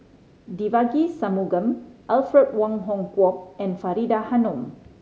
Devagi Sanmugam Alfred Wong Hong Kwok and Faridah Hanum